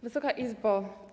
Wysoka Izbo!